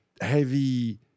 heavy